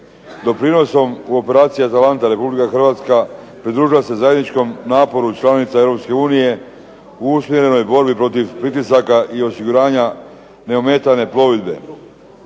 Doprinosom u operaciji Atalanta Republika Hrvatska pridružila se zajedničkom naporu članica Europske unije u …/Ne razumije se./… borbi protiv pritisaka i osiguranja neometane plovidbe.